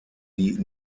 die